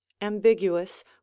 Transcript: ambiguous